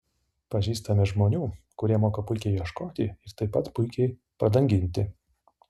pažįstame žmonių kurie moka puikiai ieškoti ir taip pat puikiai pradanginti